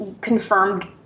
confirmed